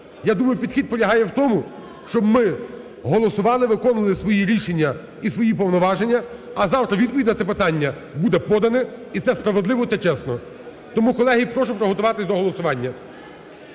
Я думаю, підхід полягає в тому, щоб ми голосували виконували свої рішення і свої повноваження, а завтра відповідь на це питання буде подано і це справедливо та чесно. Тому, колеги, прошу приготуватись до голосування.